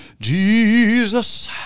Jesus